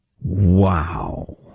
Wow